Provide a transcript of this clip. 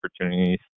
opportunities